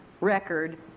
record